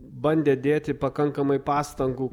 bandė dėti pakankamai pastangų